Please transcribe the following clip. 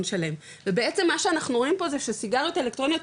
שלהם ובעצם מה שאנחנו רואים פה זה שסיגריות אלקטרוניות,